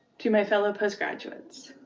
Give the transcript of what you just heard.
to my fellow postgraduates.